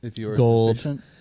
gold